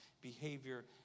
behavior